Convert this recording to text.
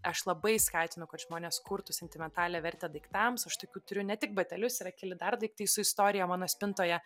aš labai skatinu kad žmonės kurtų sentimentalią vertę daiktams aš tokių turiu ne tik batelius yra keli dar daiktai su istorija mano spintoje